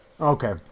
Okay